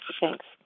Thanks